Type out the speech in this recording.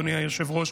אדוני היושב-ראש,